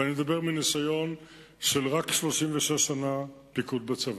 ואני מדבר מניסיון של רק 36 שנה פיקוד בצבא,